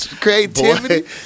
creativity